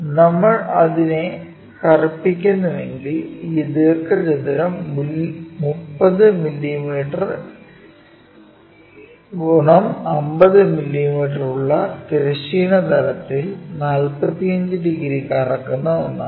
നമ്മൾ അതിനെ കറുപ്പിക്കുന്നുണ്ടെങ്കിൽ ഈ ദീർഘചതുരം 30 മില്ലീമീറ്റർ X 50 മില്ലീമീറ്റർ ഉള്ള തിരശ്ചീന തലത്തിൽ 45 ഡിഗ്രി കറക്കുന്ന ഒന്നാണ്